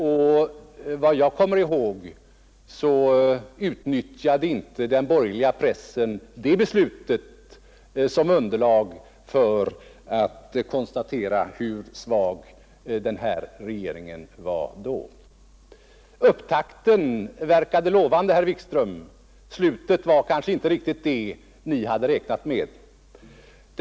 Och enligt vad jag kommer ihåg använde inte den borgerliga pressen beslutet som underlag för att konstatera hur svag regeringen var då. Upptakten verkade lovande, herr Wikström, men slutet blev kanske inte riktigt vad ni hade räknat med.